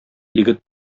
егет